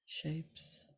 Shapes